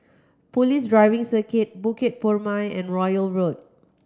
Police Driving Circuit Bukit Purmei and Royal Road